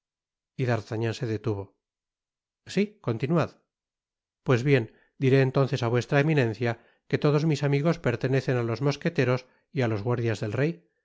y d'artagnan se detuvo si continuad pues bien diré entonces á vuestra eminencia que todos mis amigos pertenecen á los mosqueteros y á los guardias del rey